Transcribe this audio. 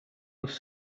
was